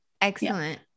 excellent